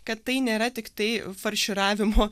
kad tai nėra tiktai farširavimo